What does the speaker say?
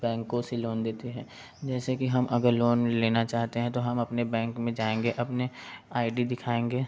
बैंकों से लोन देते हैं जैसे कि हम अगर लोन लेना चाहते हैं तो हम अपने बैंक में जाएंगे अपने आई डी दिखाएंगे